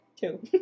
Two